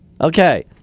Okay